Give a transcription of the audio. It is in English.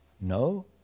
No